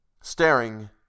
Staring